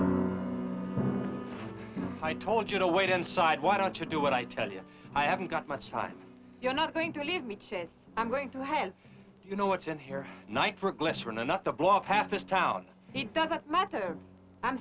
back i told you to wait inside why don't you do what i tell you i haven't got much time you're not going to leave me kids i'm going to have you know what's in here nitroglycerin enough to blow off half this town it doesn't matter i'm